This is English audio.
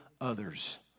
others